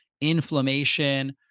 inflammation